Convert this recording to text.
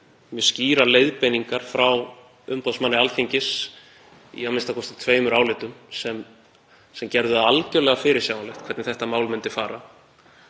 mjög skýrar leiðbeiningar frá umboðsmanni Alþingis í a.m.k. tveimur álitum sem gerðu það algjörlega fyrirsjáanlegt hvernig þetta mál myndi fara.